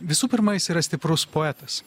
visų pirma jis yra stiprus poetas